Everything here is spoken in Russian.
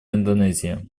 индонезия